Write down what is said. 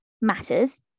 matters